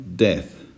death